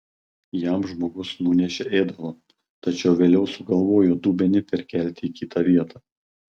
jam žmogus nunešė ėdalo tačiau vėliau sugalvojo dubenį perkelti į kitą vietą